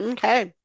Okay